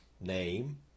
name